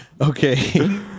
Okay